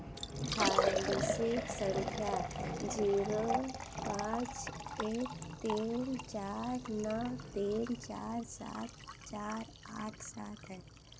policy संख्या zero पाँच एक तीन चार नौ तीन चार सात चार आठ सात है